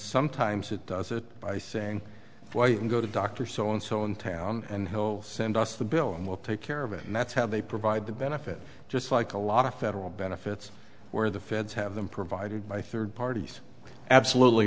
sometimes it does it by saying why you can go to doctor so and so in town and whole send us the bill and we'll take care of it and that's how they provide the benefit just like a lot of federal benefits where the feds have them provided by third parties absolutely